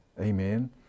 Amen